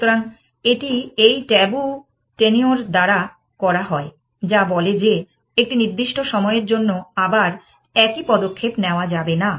সুতরাং এটি এই ট্যাবু টেনিওর দ্বারা করা হয় যা বলে যে একটি নির্দিষ্ট সময়ের জন্য আবার একই পদক্ষেপ নেওয়া যাবে না